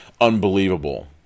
unbelievable